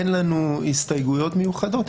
אין לנו הסתייגויות מיוחדות.